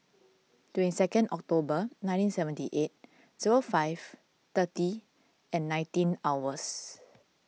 twenty second October nineteen seventy eight zero five thirty and nineteen hours